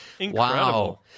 Wow